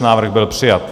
Návrh byl přijat.